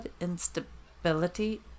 instability